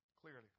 Clearly